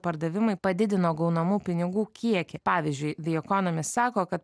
pardavimai padidino gaunamų pinigų kiekį pavyzdžiui the economist sako kad